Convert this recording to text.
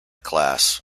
class